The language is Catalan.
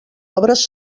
obres